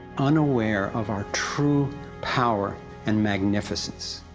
unaware of our true power and magnificence.